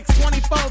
24